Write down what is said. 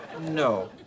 No